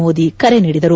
ಮೋದಿ ಕರೆ ನೀಡಿದರು